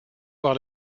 voir